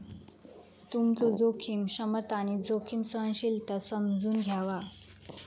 तुमचो जोखीम क्षमता आणि जोखीम सहनशीलता समजून घ्यावा